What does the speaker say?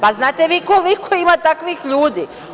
Da li znate vi koliko ima takvih ljudi?